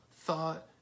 thought